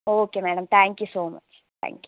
okay madam thank you so much thank you